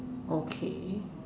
okay